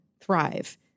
thrive